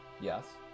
Yes